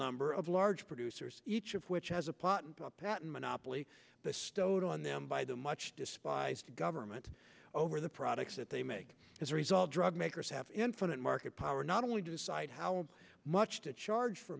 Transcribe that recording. number of large producers each of which has a pot patent monopoly the stowed on them by the much despised government over the products that they make as a result drug makers have infinite market power not only to decide how much to charge for